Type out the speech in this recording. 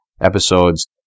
episodes